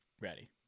Ready